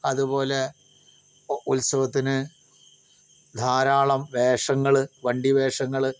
അതുപോലെ ഉത്സവത്തിന് ധാരാളം വേഷങ്ങള് വണ്ടി വേഷങ്ങള്